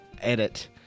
edit